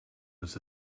was